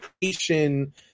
creation –